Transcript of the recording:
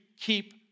keep